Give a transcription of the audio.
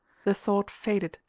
the thought faded,